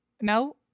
no